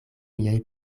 miaj